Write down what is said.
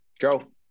Joe